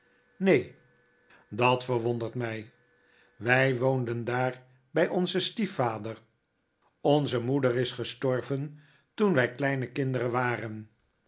neen dat verwondert my wy woonden daarby onzen stiefvader onze moeder is er gestorven toen wij kleine kinderen waren